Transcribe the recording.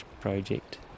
project